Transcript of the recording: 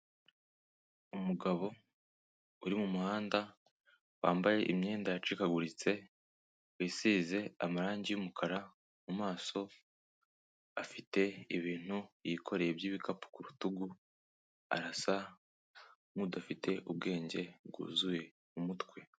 Umugabo uri mu muhanda wambaye imyenda icikaguritse wisize amarangi y'umukara mu maso afite ibintu yikoreye by'ibikapu ku rutugu arasa nk'udafite ubwenge bwuzuye umutwe.